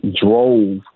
drove